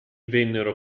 vennero